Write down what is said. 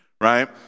right